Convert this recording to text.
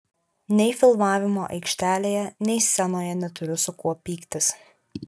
nei filmavimo aikštelėje nei scenoje neturiu su kuo pyktis